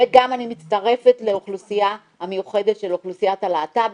וגם אני מצטרפת לאוכלוסייה המיוחדת של אוכלוסיית הלהט"בים.